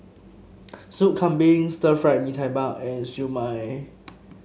Soup Kambing Stir Fried Mee Tai Mak and Siew Mai